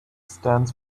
stands